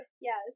Yes